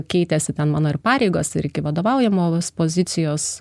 keitėsi ten mano ir pareigos ir iki vadovaujamos pozicijos